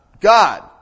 God